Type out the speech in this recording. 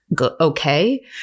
okay